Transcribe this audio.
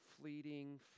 fleeting